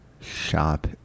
Shop